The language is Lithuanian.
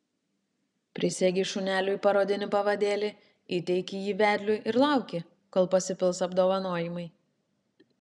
prisegi šuneliui parodinį pavadėlį įteiki jį vedliui ir lauki kol pasipils apdovanojimai